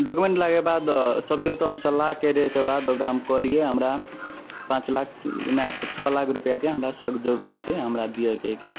document देलाके बाद सभ ओतए सलाह करैके बाद ओकरा हम कहलिए हमरा पाँच लाख नहि छओ लाख रुपैआके हमरा सख्त जरूरी अछि हमरा दिअऽ कहिके